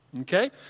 Okay